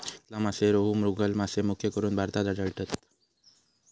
कातला मासे, रोहू, मृगल मासे मुख्यकरून भारतात आढळतत